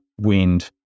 wind